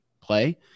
play